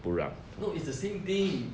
no it's the same thing